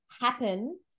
happen